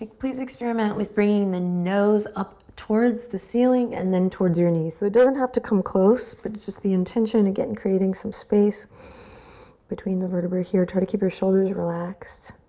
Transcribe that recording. like please experiment with bringing the nose up towards the ceiling and then towards your knee. so they don't have to come close, but it's just the intention again, creating some space between the vertebrae here. try to keep your shoulders relaxed.